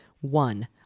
One